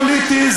זה חוק פוליטי,